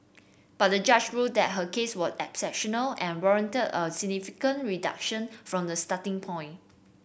but the judge ruled that her case was exceptional and warranted a significant reduction from the starting point